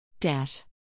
Dash